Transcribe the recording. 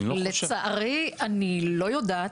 לצערי אני לא יודעת.